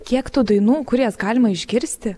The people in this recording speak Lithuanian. kiek tų dainų kur jas galima išgirsti